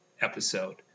episode